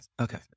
Okay